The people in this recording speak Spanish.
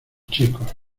chicos